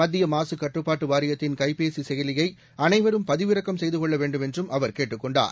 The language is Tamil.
மத்திய மாசு கட்டுப்பாட்டு வாரியத்தின் கைபேசி செயலியை அனைவரும் பதிவிறக்கம் செய்து கொள்ள வேண்டும் என்றும் அவர் கேட்டுக்கொண்டார்